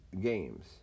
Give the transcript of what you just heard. games